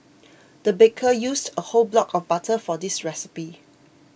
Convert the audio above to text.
the baker used a whole block of butter for this recipe